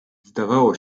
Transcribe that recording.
zdawało